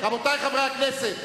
רבותי חברי הכנסת,